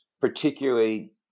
particularly